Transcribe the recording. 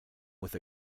with